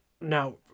now